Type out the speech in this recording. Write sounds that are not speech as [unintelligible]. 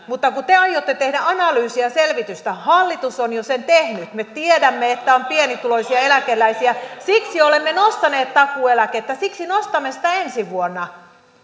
[unintelligible] mutta kun te aiotte tehdä analyysiä ja selvitystä hallitus on jo sen tehnyt me tiedämme että on pienituloisia eläkeläisiä siksi olemme nostaneet takuueläkettä siksi nostamme sitä ensi vuonna